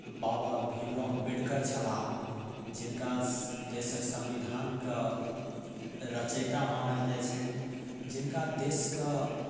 बाबा भीमराव अम्बेदकर छलाह जिनका देशक संविधानके रचयिता मानल जाइत छनि जिनका देशके